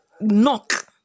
Knock